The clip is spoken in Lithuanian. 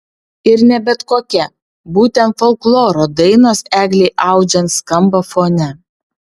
ir ne bet kokia būtent folkloro dainos eglei audžiant skamba fone